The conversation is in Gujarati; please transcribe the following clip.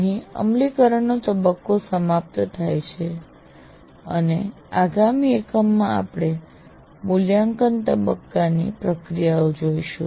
અહીં અમલીકરણનો તબક્કો સમાપ્ત થાય છે અને આગામી એકમમાં આપણે મૂલ્યાંકન તબક્કાની પ્રક્રિયાઓ જોઈશું